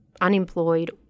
unemployed